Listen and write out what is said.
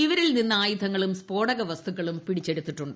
ഇവരിൽ നിന്ന് ആയുധങ്ങളും സ്ഫോടകവസ്തുക്കളും പിടിച്ചെടുത്തിട്ടുണ്ട്